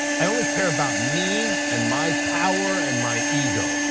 i only care about me and my power and my ego.